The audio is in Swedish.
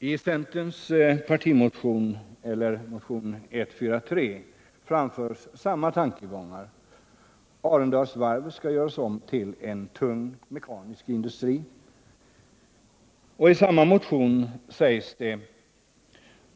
I centerns partimotion 143 framförs samma tankegångar. Arendalsvarvet skall göras om till en tung mekanisk industri. I samma motion sägs också